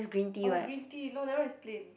orh green tea no that one is plain